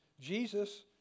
Jesus